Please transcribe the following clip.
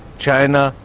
china,